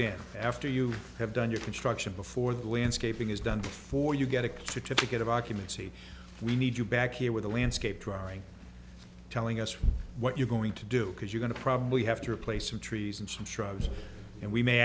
in after you have done your construction before the landscaping is done before you get a certificate of occupancy we need you back here with a landscape drawing telling us what you're going to do because you going to probably have to replace some trees and some shrubs and we may